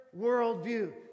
worldview